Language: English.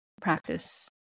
practice